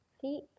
feet